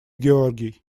георгий